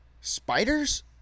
spiders